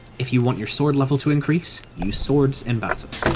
if you want your sword level to increase, use swords in battle.